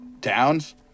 towns